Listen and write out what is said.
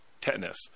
tetanus